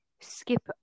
skip